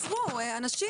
עצרו אנשים.